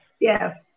Yes